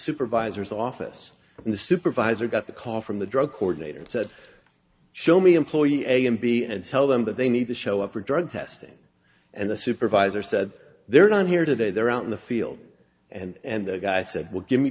supervisor's office when the supervisor got the call from the drug coordinator and said show me employee a and b and tell them that they need to show up for drug testing and the supervisor said they're not here today they're out in the field and the guy said well give me